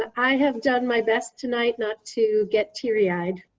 i have done my best tonight, not to get teary-eyed.